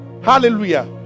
hallelujah